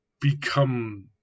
become